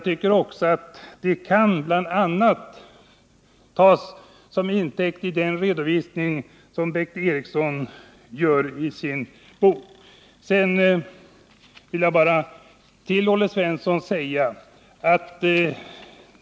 För detta kan bl.a. den redovisning som Bengt Eriksson gör i sin bok tas till intäkt.